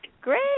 Great